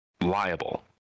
liable